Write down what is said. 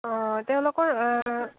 অঁ তেওঁলোকৰ